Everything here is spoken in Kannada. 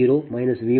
14 j4